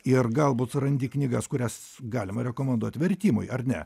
ir galbūt randi knygas kurias galima rekomenduot vertimui ar ne